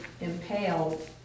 impaled